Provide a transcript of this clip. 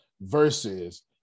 versus